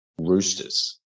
Roosters